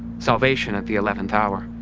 salvation at the eleventh hour,